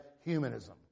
humanism